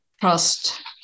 trust